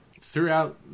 throughout